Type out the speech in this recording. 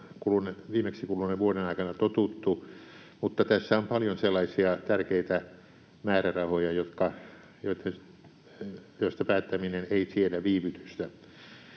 viimeksi kuluneen vuoden aikana totuttu, mutta tässä on paljon sellaisia tärkeitä määrärahoja, joista päättäminen ei siedä viivytystä.